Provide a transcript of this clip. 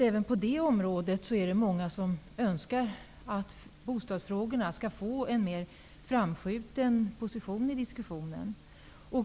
Även på det området är det många som önskar att bostadsfrågorna skall få en mer framskjuten position i diskussionen.